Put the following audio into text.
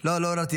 לא.